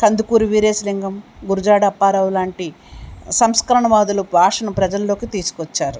కందుకూరి వీరేశలింగం గురుజాడ అప్పారావు లాంటి సంస్కరణ వదులు భాషణ ప్రజల్లోకి తీసుకొచ్చారు